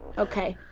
okay,